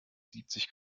siebzig